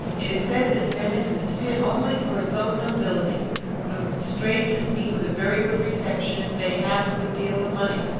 it is said that venice is fit only for its own nobility, but that strangers meet with a very good reception if they have a good deal of money.